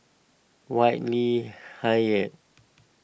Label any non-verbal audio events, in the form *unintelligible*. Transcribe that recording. Whitley *unintelligible*